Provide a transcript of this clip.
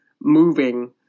moving